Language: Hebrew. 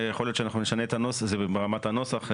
זה ברמת הנוסח,